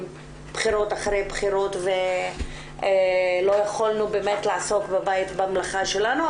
בחירות אחרי בחירות ולא יכולנו באמת לעסוק בבית במלאכה שלנו,